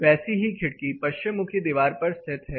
वैसी ही खिड़की पश्चिम मुखी दीवार पर स्थित है